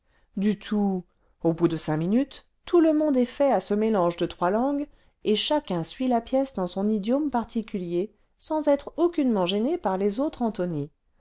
du tout an bout de cinq minutes tout le monde est'fait à ce mélange de trois langues et chacun suit la pièce dans son idiome particulier sans être aucunement gêné par les autres antony